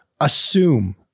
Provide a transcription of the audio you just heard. Assume